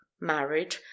married